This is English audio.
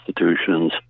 institutions